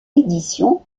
édition